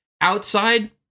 Outside